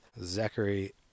Zachary